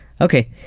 Okay